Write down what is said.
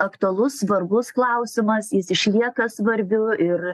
aktualus svarbus klausimas jis išlieka svarbiu ir